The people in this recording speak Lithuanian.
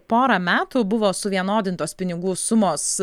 porą metų buvo suvienodintos pinigų sumos